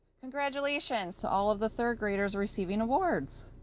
congratulations to all of the third graders receiving awards!